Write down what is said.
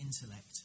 intellect